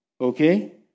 okay